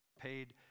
paid